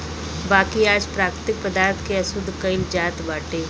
बाकी आज प्राकृतिक पदार्थ के अशुद्ध कइल जात बाटे